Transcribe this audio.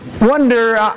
wonder